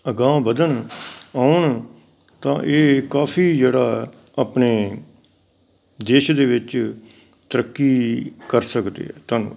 ਅਗਾਂਹ ਵਧਣ ਆਉਣ ਤਾਂ ਇਹ ਕਾਫੀ ਜਿਹੜਾ ਆਪਣੇ ਦੇਸ਼ ਦੇ ਵਿੱਚ ਤਰੱਕੀ ਕਰ ਸਕਦੇ ਆ ਧੰਨਵਾਦ